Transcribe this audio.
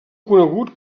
conegut